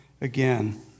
again